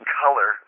color